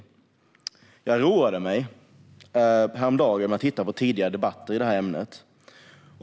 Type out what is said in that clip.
Häromdagen roade jag mig med att titta på tidigare debatter i detta ämne.